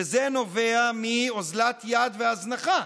וזה נובע מאוזלת יד והזנחה.